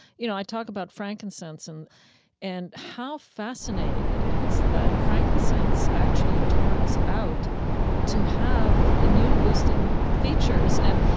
you know, i talk about frankincense and and how fascinating it is that frankincense actually turns out to have immune-boosting features. and,